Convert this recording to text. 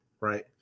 right